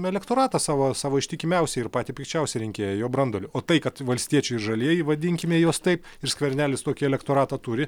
elektoratą savo savo ištikimiausią ir patį pikčiausią rinkėją jo branduolį o tai kad valstiečiai žalieji vadinkim juos taip ir skvernelis tokį elektoratą turi